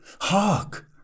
hark